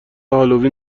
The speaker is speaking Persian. هالوین